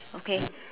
okay